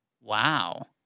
Wow